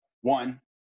one